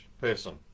person